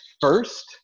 first